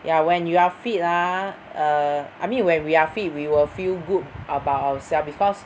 ya when you are fit ah err I mean when we are fit we will feel good about ourselves because